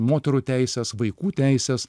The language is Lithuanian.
moterų teisės vaikų teisės